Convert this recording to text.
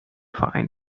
find